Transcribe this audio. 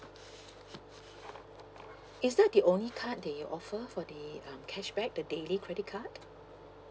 is that the only card that you offer for the um cashback the daily credit card